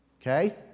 Okay